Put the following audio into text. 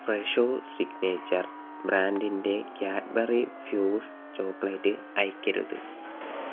Fresho signature ബ്രാൻഡിന്റെ Cadbury Fuse chocolate അയയ്ക്കരുത്